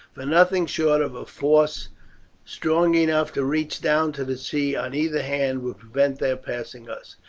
for nothing short of a force strong enough to reach down to the sea on either hand would prevent their passing us.